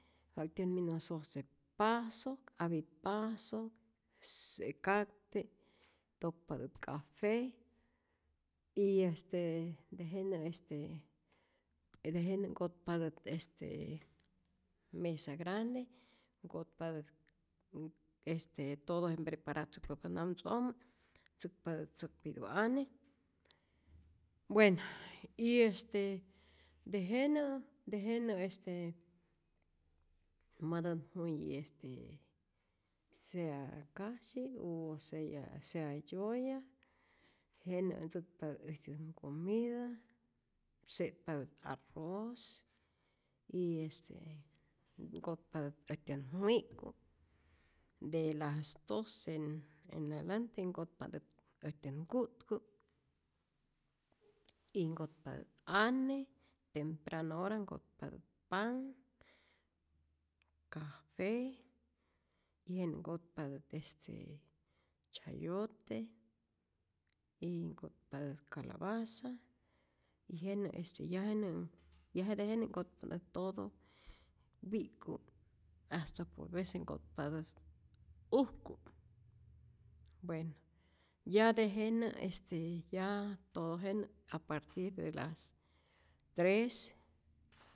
Waktyän minu sose pasok, apit pasok, kakte, ntokpatät café y este tejenä este tejenä nkotpatät este mesa grande, nkotpatät m este todo je mprepatzäkpaptä namtzu'ojmä, mpreparatzäkpatät säkpitu ane, bueno y este tejenä tejenä este matän juyi este sea kasyi u sea ya sea yoya y jenä ntzäkpatät äjtyän nkomita, se'tpatät arroz, y este nkotpatät äjtyän wi'k'ku', de las dos en adelante nkotpa'ntät äjtyän nku'tku', y nkotpatät ane, temprano hora nkotpatät panh, café y jenä nkotpatät este chayote y nkotpatät calabaza, y jenä este ya jenä ya jete jenä' nkotpa'ntät todo wi'k'ku' hasta por vece nkontpatät ujku', bueno ya tejenä este ya todo jenä a partir de las tres